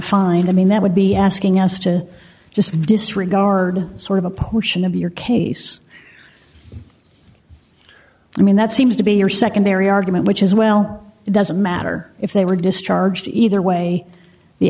find i mean that would be asking us to just disregard sort of a portion of your case i mean that seems to be your secondary argument which is well it doesn't matter if they were discharged either way the